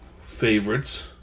favorites